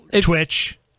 Twitch